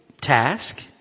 task